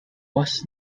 was